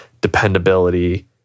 dependability